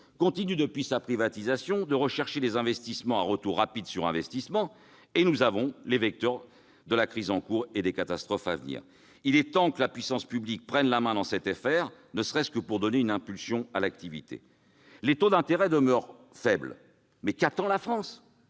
continue, depuis sa privatisation, à rechercher les investissements à retour rapide, et nous avons les vecteurs de la crise en cours et des catastrophes à venir. Il est temps que la puissance publique prenne la main dans cette affaire, ne serait-ce que pour donner une impulsion à l'activité. Les taux d'intérêt demeurent faibles ; mais qu'attend la France